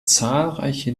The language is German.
zahlreiche